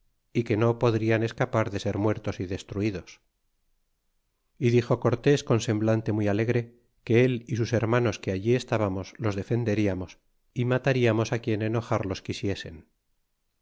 y que no podrian escapar de ser muertos y destruidos y dixo cortés con semblante muy alegre que él y sus hermanos que allí estábamos los defenderiamos y ma tarjamos quien enojarlos quisiesen